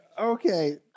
okay